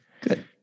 Good